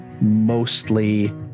Mostly